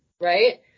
right